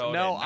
no